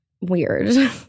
weird